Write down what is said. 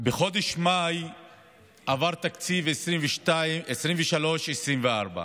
בחודש מאי עבר תקציב 2023 2024,